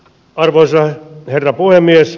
arvoisa herra puhemies